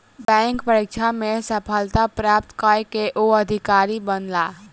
bank परीक्षा में सफलता प्राप्त कय के ओ अधिकारी बनला